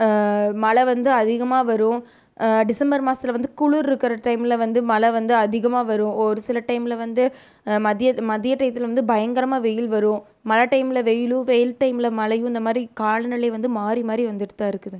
மழை வந்து அதிகமாக வரும் டிசம்பர் மாதத்துல வந்து குளிர் இருக்கிற டைம்மில் வந்து மழை வந்து அதிகமாக வரும் ஒரு சில டைம்மில் வந்து மதிய மதிய டைத்தில் வந்து பயங்கரமாக வெயில் வரும் மழ டைம்மில் வெயிலும் வெயில் டைம்மில் மழையும் இந்த மாதிரி கால நிலை வந்து மாரி மாரி வந்துவிட்டு தான் இருக்குதுங்க